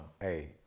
Hey